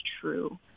true